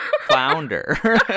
flounder